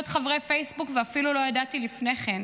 חברי פייסבוק ואפילו לא ידעתי לפני כן.